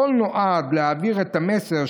הכול נועד להעביר את המסר,